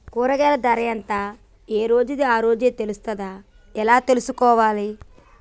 కూరగాయలు ధర ఎంత ఏ రోజుది ఆ రోజే తెలుస్తదా ఎలా తెలుసుకోవాలి?